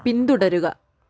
പിന്തുടരുക